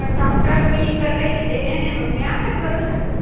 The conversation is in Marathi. पण डॉक्टर मी तर व्हेजिटेरियन आहे मग मी असं करू शकत